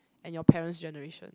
and your parents' generation